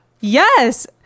Yes